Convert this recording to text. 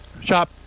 Shop